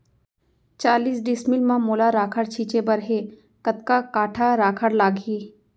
चालीस डिसमिल म मोला राखड़ छिंचे बर हे कतका काठा राखड़ लागही?